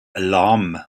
lam